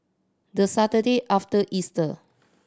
the Saturday after Easter